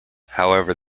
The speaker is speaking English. however